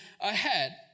ahead